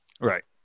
Right